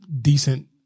decent